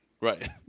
Right